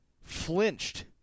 flinched